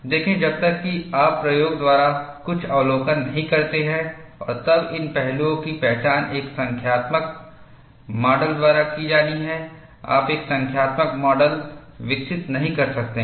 देखें जब तक कि आप प्रयोग द्वारा कुछ अवलोकन नहीं करते हैं और तब इन पहलुओं की पहचान एक संख्यात्मक मॉडल द्वारा की जानी है आप एक संख्यात्मक मॉडल विकसित नहीं कर सकते हैं